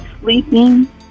sleeping